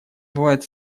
бывает